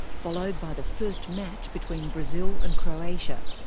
followed by the first match between brazil and croatia.